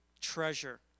treasure